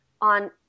on